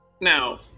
Now